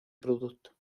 producto